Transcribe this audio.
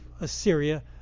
Assyria